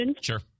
Sure